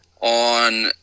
on